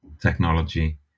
technology